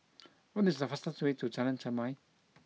what is the fastest way to Jalan Chermai